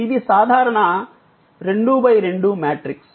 ఇది సాధారణ 2 X 2 matrix